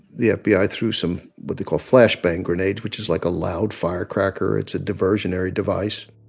the fbi ah threw some what they call flashbang grenades, which is like a loud firecracker. it's a diversionary device.